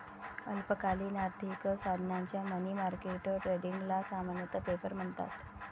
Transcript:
अल्पकालीन आर्थिक साधनांच्या मनी मार्केट ट्रेडिंगला सामान्यतः पेपर म्हणतात